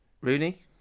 Rooney